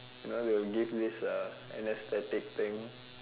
you know they will give this anesthetic thing